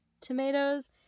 tomatoes